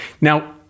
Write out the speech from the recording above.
Now